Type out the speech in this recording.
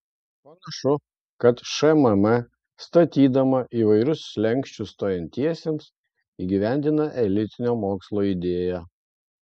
panašu kad šmm statydama įvairius slenksčius stojantiesiems įgyvendina elitinio mokslo idėją